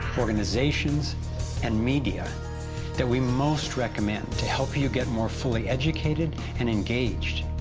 organizations and media that we most recommend to help you get more fully educated and engaged.